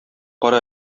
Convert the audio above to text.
кара